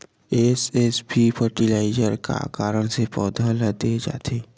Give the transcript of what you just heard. SSP fertiliser का कारण से पौधा ल दे जाथे?